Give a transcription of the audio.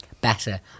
better